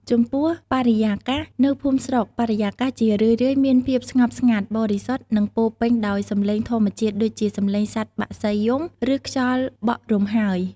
ចំពោះ បរិយាកាស នៅភូមិស្រុកបរិយាកាស ជារឿយៗមានភាពស្ងប់ស្ងាត់ បរិសុទ្ធ និងពោរពេញដោយសំឡេងធម្មជាតិដូចជាសំឡេងសត្វបក្សីយំ ឬខ្យល់បក់រំហើយ។